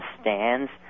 stands